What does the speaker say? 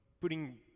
putting